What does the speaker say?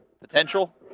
potential